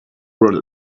brought